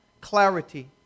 Clarity